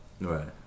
Right